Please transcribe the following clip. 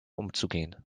umzugehen